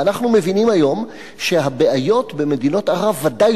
ואנחנו מבינים היום שהבעיות במדינות ערב ודאי